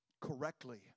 correctly